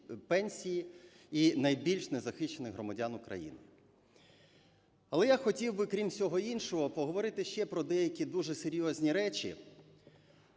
пенсії і найбільш незахищених громадян України. Але я хотів би, крім всього іншого, поговорити ще про деякі дуже серйозні речі,